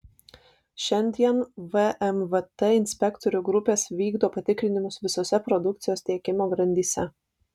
šiandien vmvt inspektorių grupės vykdo patikrinimus visose produkcijos tiekimo grandyse